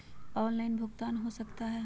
Online भुगतान हो सकता है?